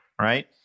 right